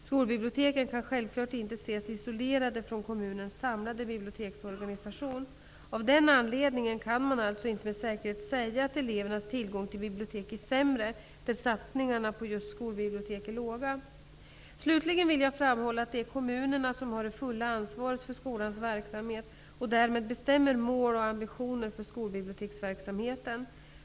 Skolbiblioteken kan självfallet inte ses isolerade från kommunens samlade biblioteksorganisation. Av den anledningen kan man alltså inte med säkerhet säga att elevernas tillgång till bibliotek är sämre där satsningarna på just skolbibliotek är låga. Slutligen vill jag framhålla att det är kommunerna som har det fulla ansvaret för skolans verksamhet och därmed bestämmer mål och ambitionsnivå för skolbiblioteksverksamheten.